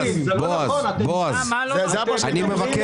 אני מבקש --- סליחה,